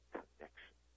connection